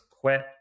quit